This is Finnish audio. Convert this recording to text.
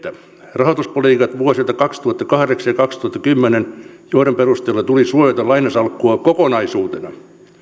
rahoituspolitiikat vuosilta kaksituhattakahdeksan ja kaksituhattakymmenen joiden perusteella tuli suojata lainasalkkua kokonaisuutena